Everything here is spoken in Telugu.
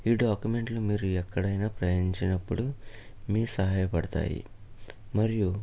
ఈ డాక్యూమెంట్లు మీరు ఎక్కడైనా ప్రయాణించినప్పుడు మీకు సహాయపడతాయి మరియు